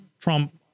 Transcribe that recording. Trump